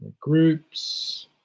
Groups